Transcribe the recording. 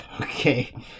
Okay